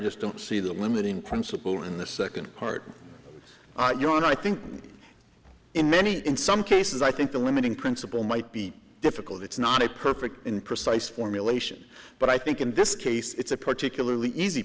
just don't see the limiting principle in the second part of your own i think in many in some cases i think the limiting principle might be difficult it's not a perfect in precise formulation but i think in this case it's a particularly easy